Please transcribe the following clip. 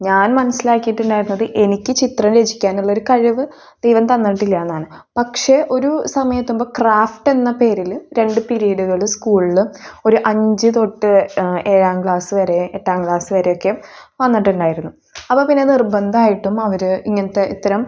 ഞാൻ മനസ്സിലാക്കീട്ടുണ്ടായിരുന്നത് എനിക്ക് ചിത്രം രചിക്കാനുള്ള ഒരു കഴിവ് ദൈവം തന്നിട്ടില്ലാന്നാണ് പക്ഷെ ഒരു സമയം എത്തുമ്പോൾ ക്രാഫ്റ്റ് എന്ന പേരിൽ രണ്ട് പിരീഡുകൾ സ്കൂളിൽ ഒരു അഞ്ച് തൊട്ട് ഏഴാം ക്ലാസ് വരെ എട്ടാം ക്ലാസ് വരെയൊക്കെ വന്നിട്ടുണ്ടായിരുന്നു അപ്പോൾ പിന്നെ നിർബന്ധമായിട്ടും അവർ ഇങ്ങനത്തെ ഇത്തരം